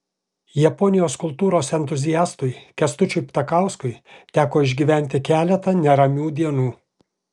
japonijos kultūros entuziastui kęstučiui ptakauskui teko išgyventi keletą neramių dienų